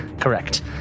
correct